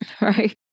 right